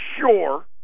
sure